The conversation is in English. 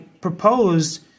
proposed